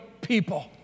people